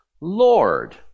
Lord